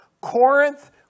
Corinth